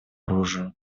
оружию